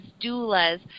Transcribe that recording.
doulas